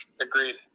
Agreed